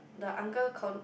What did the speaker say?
the uncle con~